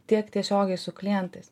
tiek tiesiogiai su klientais